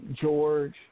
George